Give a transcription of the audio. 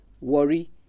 worry